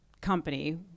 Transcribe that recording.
company